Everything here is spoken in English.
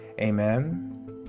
amen